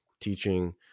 teaching